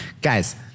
Guys